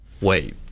Wait